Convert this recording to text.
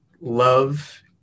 love